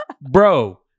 bro